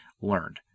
learned